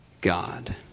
God